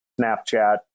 Snapchat